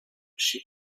she